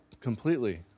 completely